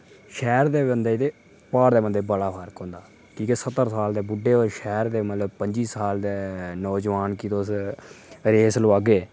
शैह्र दे बंदे ते घर दे बंदे च बड़ा फर्क होंदा कि जे सत्तर साल दे बुढ्डा शैह्र दे मतलव पंजी साल दे नौजवान गी तुस रेस लोआगे